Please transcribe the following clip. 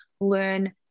learn